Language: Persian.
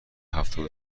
هفتاد